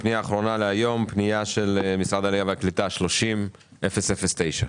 אין פנייה מס' 34-007 אושרה.